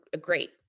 great